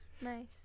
Nice